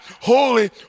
holy